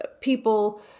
people